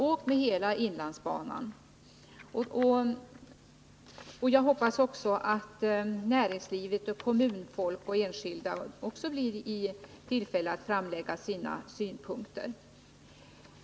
Jag hoppas att också näringslivets representanter, kommunfolk och enskilda personer får tillfälle att framlägga sina synpunkter.